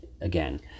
again